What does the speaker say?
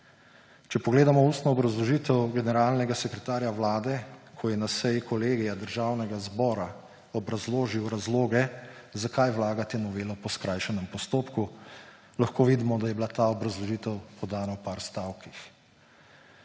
Če pogledamo ustno obrazložitev generalnega sekretarja Vlade, ko je na seji Kolegija Državnega zbora obrazložil razloge, zakaj vlagate novelo po skrajšanem postopku, lahko vidimo, da je bila ta obrazložitev podana v nekaj stavkih.